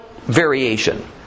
variation